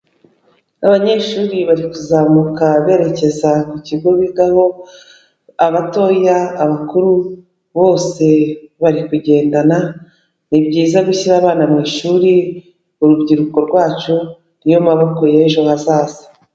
Abanyeshuri bari kuzamuka berekeza ku kigo bigaho, abatoya, abakuru, bose bari kugendana, ni byiza gushyira abana mu ishuri, urubyiruko rwacu ni yo maboko y'ejo hazaza.